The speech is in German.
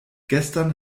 gestern